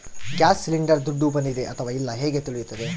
Gas cylinder ದುಡ್ಡು ಬಂದಿದೆ ಅಥವಾ ಇಲ್ಲ ಹೇಗೆ ತಿಳಿಯುತ್ತದೆ?